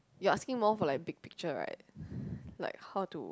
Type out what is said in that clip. you are asking more for like big picture right like how to